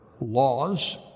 laws